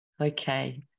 Okay